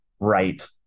right